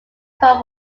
called